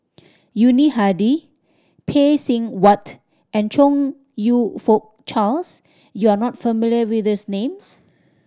Yuni Hadi Phay Seng Whatt and Chong You Fook Charles you are not familiar with these names